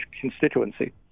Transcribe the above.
constituency